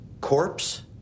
Corpse